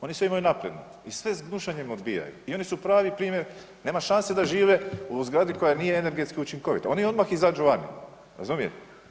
Oni sve imaju napredno i sve s gnušanjem odbijaju i oni su pravi primjer, nema šanse da žive u zgradi koja nije energetski učinkovita, oni odmah izađu van, razumijete?